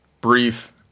brief